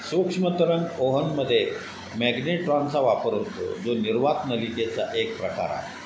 सूक्ष्मतरंग ओव्हनमध्ये मॅगनेट्रॉनचा वापर होतो जो निर्वात नलिकेचा एक प्रकार आहे